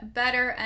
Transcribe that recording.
better